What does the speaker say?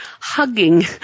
hugging